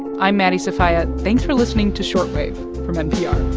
i'm maddie sofia. thanks for listening to short wave from npr